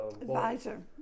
Advisor